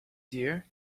dear